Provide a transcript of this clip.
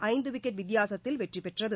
ஐந்து விக்கெட் வித்தியாசத்தில் வெற்றிபெற்றது